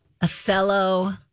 Othello